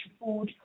food